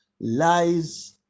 lies